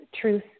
truth